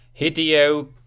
Hideo